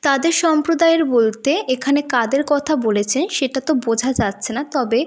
তাদের সম্প্রদায়ের বলতে এখানে কাদের কথা বলেছে সেটাতো বোঝা যাচ্ছে না তবে